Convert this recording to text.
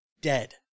dead